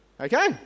Okay